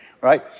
right